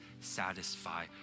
satisfy